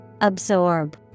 Absorb